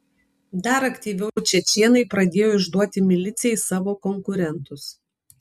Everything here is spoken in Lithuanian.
dar aktyviau čečėnai pradėjo išduoti milicijai savo konkurentus